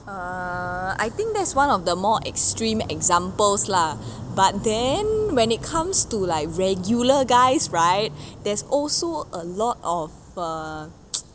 err I think that's one of the more extreme examples lah but then when it comes to like regular guys right there's also a lot of err